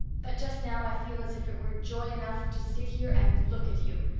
but just now i feel as if it were joy enough to sit here and look at you.